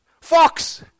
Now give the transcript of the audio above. Fox